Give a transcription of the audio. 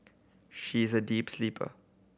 she is a deep sleeper